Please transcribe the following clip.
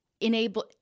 enable